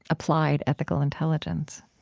applied ethical intelligence